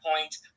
point